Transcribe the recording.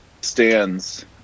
Stands